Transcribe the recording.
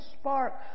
spark